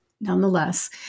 nonetheless